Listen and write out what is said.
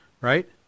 right